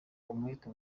umwete